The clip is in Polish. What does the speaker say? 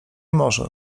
może